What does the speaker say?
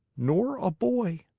nor a boy.